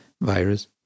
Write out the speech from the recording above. virus